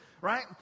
right